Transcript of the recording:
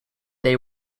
they